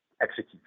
execute